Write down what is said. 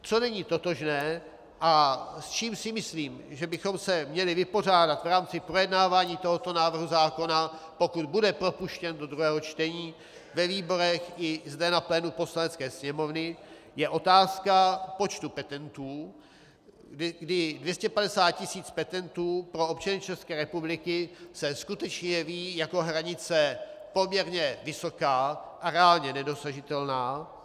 Co není totožné a s čím si myslím, že bychom se měli vypořádat v rámci projednávání tohoto návrhu zákona, pokud bude propuštěn do druhého čtení ve výborech i zde na plénu Poslanecké sněmovny, je otázka počtu petentů, kdy 250 tisíc petentů pro občany České republiky se skutečně jeví jako hranice poměrně vysoká a reálně nedosažitelná.